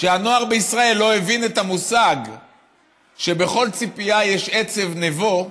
שהנוער בישראל לא הבין את המושג שבכל ציפייה יש עצב נבו,